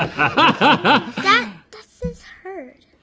and that says herd.